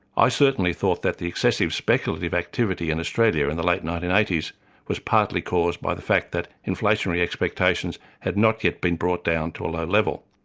i certainly thought that the excessive speculative activity in australia in the late nineteen eighty s was partly caused by the fact that inflationary expectations had not yet been brought down to a low level.